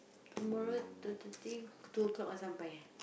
tomorrow twelve thirty two o-clock nak sampai eh